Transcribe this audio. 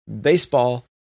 baseball